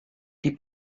die